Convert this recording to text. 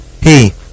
Hey